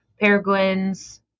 Peregrines